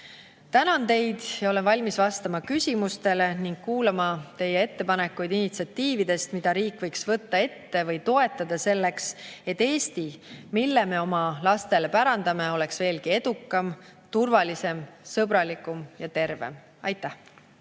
Tänan teid ja olen valmis vastama küsimustele ning kuulama teie ettepanekuid initsiatiividest, mida riik võiks võtta ette või toetada selleks, et Eesti, mille me oma lastele pärandame, oleks veelgi edukam, turvalisem, sõbralikum ja tervem. Aitäh!